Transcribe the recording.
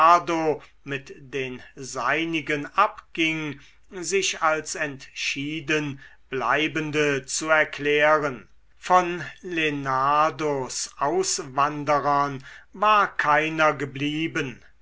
mit den seinigen abging sich als entschieden bleibende zu erklären von lenardos auswanderern war keiner geblieben